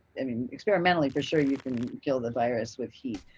i mean experimentally for sure you can kill the virus with heat,